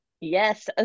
Yes